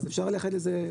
אז אפשר לייחד לזה,